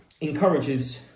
encourages